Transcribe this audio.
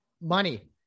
money